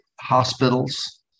hospitals